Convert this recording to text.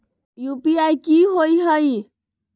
UPI कि होअ हई?